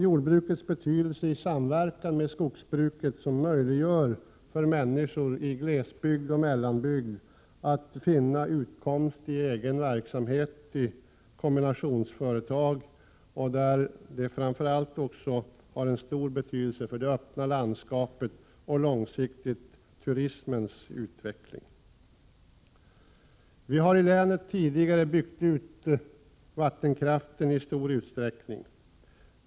Jordbrukets samverkan med skogsbruket möjliggör för människor i glesbygd och mellanbygd att finna utkomst i egen verksamhet i kombinationsföretag. Detta har betydelse också för det öppna landskapet och turismens utveckling på lång sikt. Vi har ilänet tidigare i stor utsträckning byggt ut vattenkraften.